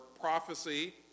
prophecy